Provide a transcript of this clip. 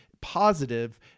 positive